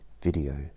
video